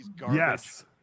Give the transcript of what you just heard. Yes